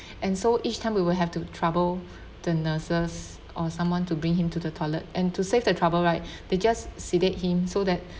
and so each time we will have to trouble the nurses or someone to bring him to the toilet and to save the trouble right they just sedate him so that